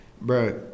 Bro